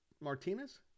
Martinez